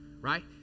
right